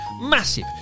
massive